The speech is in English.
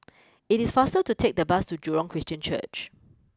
it is faster to take the bus to Jurong Christian Church